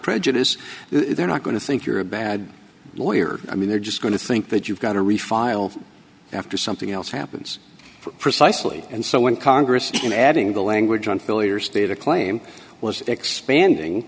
prejudice they're not going to think you're a bad lawyer i mean they're just going to think that you've got to refile after something else happens for precisely and so when congress isn't adding the language on philly or state a claim was expanding